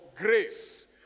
grace